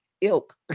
ilk